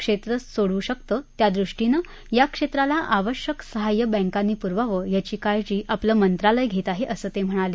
क्षेत्रच सोडवू शकतं त्यादृष्टीनं या क्षेत्राला आवश्यक सहाय्य बँकांनी पुरवावं याची काळजी आपलं मंत्रालय घेत आहे असं ते म्हणाले